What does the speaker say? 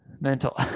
mental